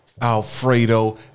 Alfredo